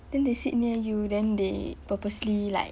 then they sit near you then they purposely like